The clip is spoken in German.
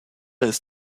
ist